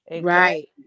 Right